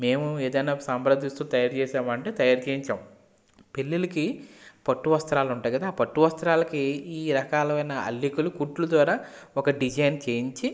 మేము ఏదైనా సంప్రదిస్తూ తయారుచేసామా అంటే తయారు చెయ్యించాము పెళ్ళిళ్ళకి పట్టు వస్త్రాలు ఉంటాయి కదా ఆ పట్టు వస్త్రాలకి ఈ రకమైన అల్లికలు కుట్లు ద్వారా ఒక డిజైన్ చెయ్యించి